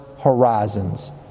horizons